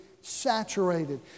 saturated